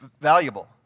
valuable